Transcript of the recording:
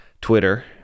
Twitter